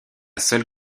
seule